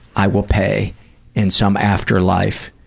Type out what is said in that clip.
i will pay in some afterlife